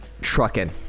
Trucking